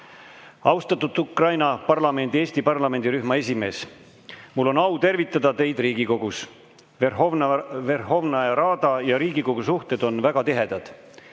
Austatud Ukraina parlamendi Eesti sõprusrühma esimees! Mul on au tervitada teid Riigikogus. Verhovna Rada ja Riigikogu suhted on väga tihedad.